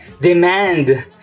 demand